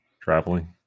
traveling